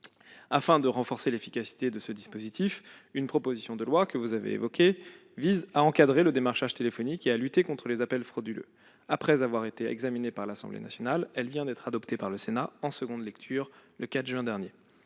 Afin de renforcer l'efficacité de ce dispositif, une proposition de loi, que vous avez évoquée, monsieur le sénateur Yannick Vaugrenard, vise à encadrer le démarchage téléphonique et à lutter contre les appels frauduleux. Après avoir été examinée par l'Assemblée nationale, elle vient d'être adoptée par le Sénat en deuxième lecture le 4 juin dernier.